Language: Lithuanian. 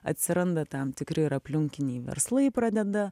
atsiranda tam tikri ir aplinkiniai verslai pradeda